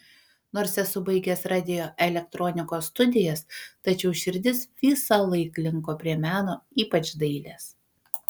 nors esu baigęs radioelektronikos studijas tačiau širdis visąlaik linko prie meno ypač dailės